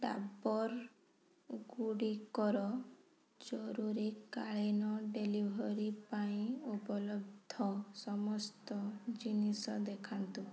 ଡ଼ାବର୍ଗୁଡ଼ିକର ଜରୁରୀକାଳୀନ ଡ଼େଲିଭରୀ ପାଇଁ ଉପଲବ୍ଧ ସମସ୍ତ ଜିନିଷ ଦେଖାନ୍ତୁ